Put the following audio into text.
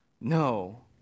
No